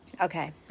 Okay